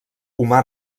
humà